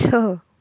छः